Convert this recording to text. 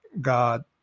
God